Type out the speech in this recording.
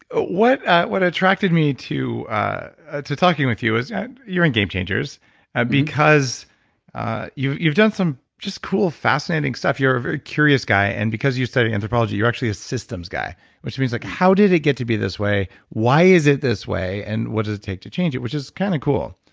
ah what what attracted me to to talking with you yeah and game changers ah because you've you've done some just cool fascinating stuff. you're a very curious guy and because you studied anthropology, you're actually a system's guy which means like, how did it get to be this way, why is it this way and what does it take to change it which is kind of cool.